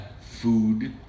food